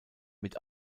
mit